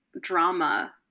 drama